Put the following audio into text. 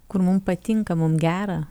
kur mum patinka mum gera